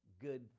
good